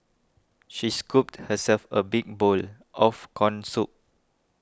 she scooped herself a big bowl of Corn Soup